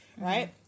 Right